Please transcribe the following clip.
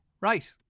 Right